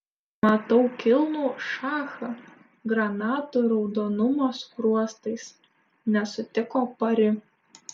matau kilnų šachą granatų raudonumo skruostais nesutiko pari